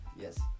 Yes